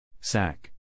Sack